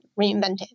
reinvented